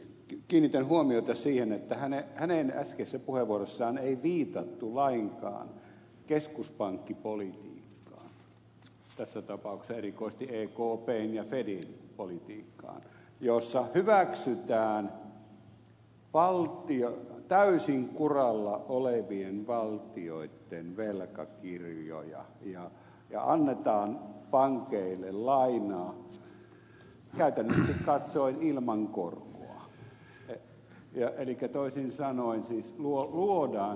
kiinnitän huomiota siihen että hänen äskeisessä puheenvuorossaan ei viitattu lainkaan keskuspankkipolitiikkaan tässä tapauksessa erikoisesti ekpn ja fedin politiikkaan jossa hyväksytään täysin kuralla olevien valtioitten velkakirjoja ja annetaan pankeille lainaa käytännöllisesti katsoen ilman korkoa elikkä toisin sanoen luodaan setelirahoitusta